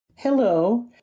Hello